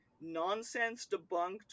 nonsense-debunked